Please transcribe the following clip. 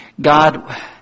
God